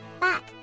back